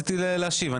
רציתי להשיב.